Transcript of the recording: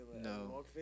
No